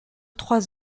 trois